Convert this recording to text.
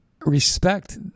respect